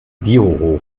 biohof